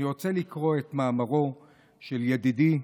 אני רוצה לקרוא את מאמרו של ידידי,